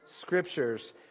scriptures